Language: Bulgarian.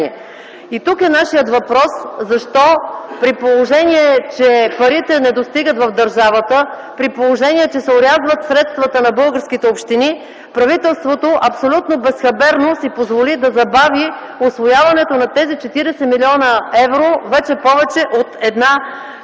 И тук е нашият въпрос: защо при положение, че парите не достигат в държавата, при положение, че се орязват средствата на българските общини, правителството абсолютно безхаберно си позволи да забави усвояването на тези 40 млн. евро вече повече от една